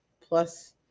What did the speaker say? plus